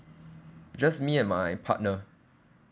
just me and my partner